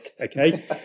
okay